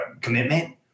commitment